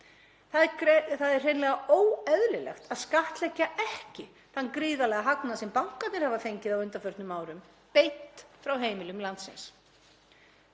Það er hreinlega óeðlilegt að skattleggja ekki þann gríðarlega hagnað sem bankarnir hafa fengið á undanförnum árum beint frá heimilum landsins.